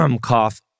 Cough